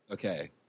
Okay